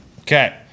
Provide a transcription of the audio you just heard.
Okay